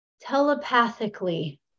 telepathically